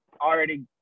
already